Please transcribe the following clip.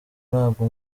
ntabwo